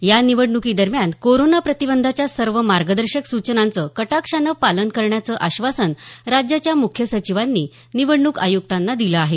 या निवडणुकीदरम्यान कोरोना प्रतिबंधाच्या सर्व मार्गदर्शक सूचनांचं कटाक्षानं पालन करण्याचं आश्वासन राज्याच्या मुख्य सचिवांनी निवडणूक आयुक्तांना दिलं आहे